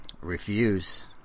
refuse